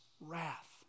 wrath